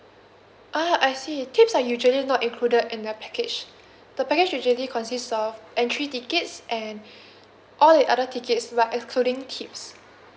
ah I see tips are usually not included in the package the package usually consists of entry tickets and all the other tickets but excluding tips